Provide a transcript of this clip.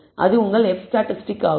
அது உங்கள் F statistic ஆகும்